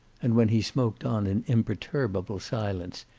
and when he smoked on in imperturbable silence,